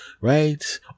right